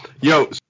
Yo